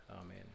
Amen